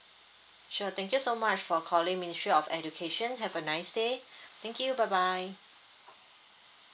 sure thank you so much for calling ministry of education have a nice day thank you bye bye